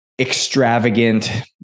extravagant